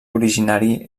originari